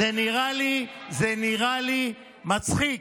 כולל, זה נראה לי מצחיק.